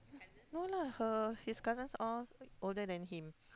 no lah her his cousins all older than him